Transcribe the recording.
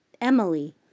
Emily